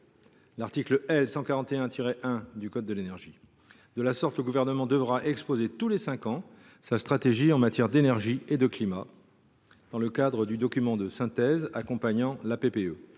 l’article L. 141 1 du code de l’énergie – à la Sfec. De la sorte, le Gouvernement devra exposer tous les cinq ans sa stratégie en matière d’énergie et de climat dans le cadre du document de synthèse accompagnant la PPE.